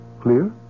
Clear